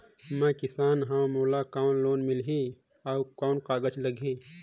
मैं किसान हव मोला कौन लोन मिलही? अउ कौन कागज लगही?